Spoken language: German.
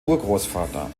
urgroßvater